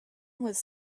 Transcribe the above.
was